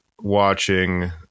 watching